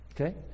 Okay